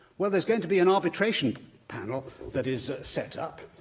well, there's going to be an arbitration panel that is set up,